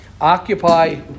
occupy